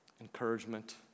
encouragement